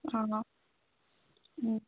অঁ